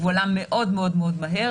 הוא עלה מאוד-מאוד מהר.